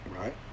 Right